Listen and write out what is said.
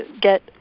get